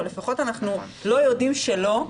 או לפחות אנחנו לא יודעים שלא,